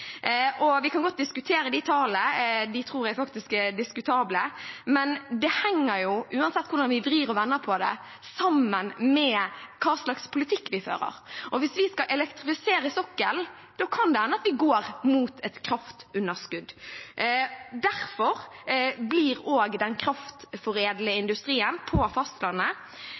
Vi kan godt diskutere de tallene – jeg tror de er diskutable – men det henger, uansett hvordan vi vrir og vrenger på det, sammen med hva slags politikk vi fører. Og hvis vi skal elektrifisere sokkelen, kan det hende at vi går mot et kraftunderskudd. Derfor blir den kraftforeldlende industrien på fastlandet